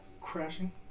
crashing